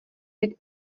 být